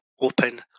open